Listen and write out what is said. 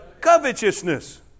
Covetousness